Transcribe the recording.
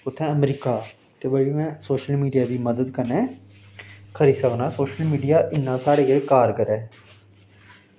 कुत्थें अमरीका ते में सोशल मीडिया दी मदद कन्नै करी सकनां सोशल मीडिया इन्ना साढ़े लेई कारगर ऐ